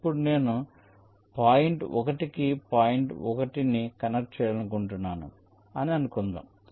ఇప్పుడు నేను పాయింట్ 1 కి పాయింట్ 1 ని కనెక్ట్ చేయాలనుకుంటున్నాను అనుకుందాం